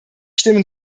stimmen